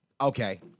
Okay